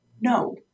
no